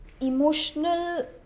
emotional